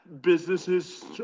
businesses